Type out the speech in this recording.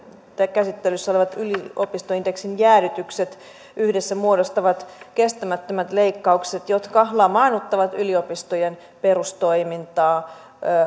käsittelyssä olevat yliopistoindeksin jäädytykset yhdessä muodostavat kestämättömät leikkaukset jotka lamaannuttavat yliopistojen perustoimintaa